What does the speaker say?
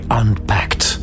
unpacked